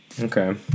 Okay